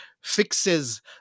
fixes